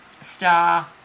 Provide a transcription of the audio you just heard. star